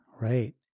right